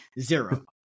zero